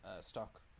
stock